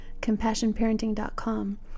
CompassionParenting.com